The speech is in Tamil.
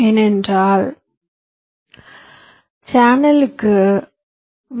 ஏனென்றால் சேனலுக்குள் வி